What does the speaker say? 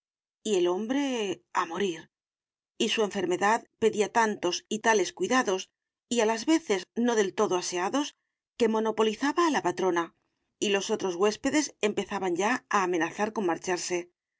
y el hombre a morir y su enfermedad pedía tantos y tales cuidados y a las veces no del todo aseados que monopolizaba a la patrona y los otros huéspedes empezaban ya a amenazar con marcharse